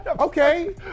okay